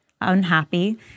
unhappy